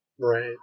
Right